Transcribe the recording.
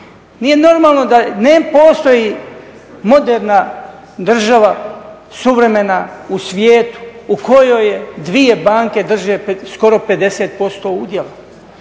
Nije normalno da ne postoji moderna država, suvremena, u svijetu u kojoj dvije banke drže skoro 50% udjela